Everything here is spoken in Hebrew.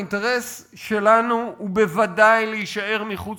האינטרס שלנו הוא בוודאי להישאר מחוץ